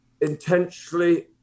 intentionally